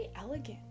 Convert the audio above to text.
elegant